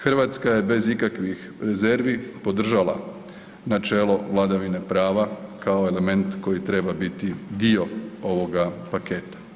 Hrvatska je bez ikakvih rezervi podržala načelo vladavine prava kao element koji treba biti dio ovoga paketa.